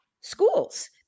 schools